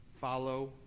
follow